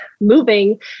moving